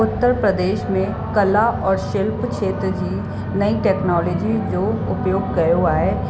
उत्तर प्रदेश में कला और शिल्प क्षेत्र जी नई टैक्नोलॉजी जो उपयोगु कयो आहे